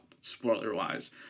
spoiler-wise